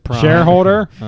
shareholder